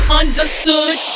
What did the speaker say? understood